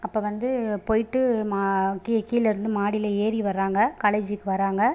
அப்போ வந்து போயிட்டு மா கி கீழே இருந்து மாடியில் ஏறி வராங்க காலேஜ்க்கு வராங்க